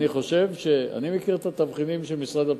אני מכיר את התבחינים של משרד הפנים.